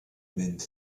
mynd